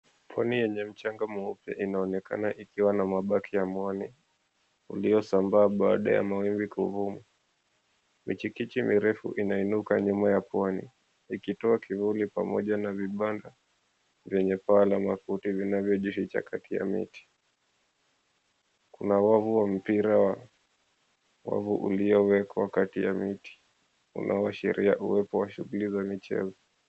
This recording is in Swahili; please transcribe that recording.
Mtoni yenye mchanga mweupe inaonekana ikiwa na mabaki ya muwani uliosambaa baada ya mawimbi kuvuma. Michikiti mirefu inaunuka nyuma ya pwani ikitoa kivuli pamoja na vibanda vyenye paa na mafudi vinavyojificha katikati ya miti. Kuna wavu wa mpira wa wavu uliowekwa kati ya miti unaoashiria uwepo wa shughuli za michezo.